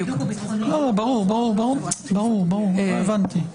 ברור, את זה הבנתי.